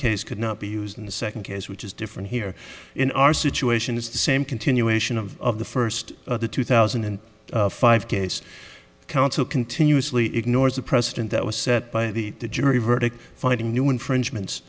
case could not be used in the second case which is different here in our situation is the same continuation of the first of the two thousand and five case council continuously ignores the precedent that was set by the jury verdict finding new infringements